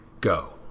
go